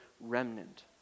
remnant